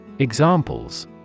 Examples